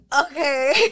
Okay